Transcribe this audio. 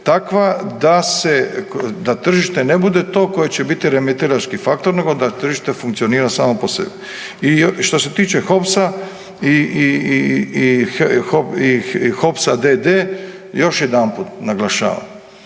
takva da tržište ne bude to koje će biti remetilački faktor, nego da tržište funkcionira samo po sebi. I što se tiče HOPS-a i HOPS-a d.d. još jedanput naglašavam.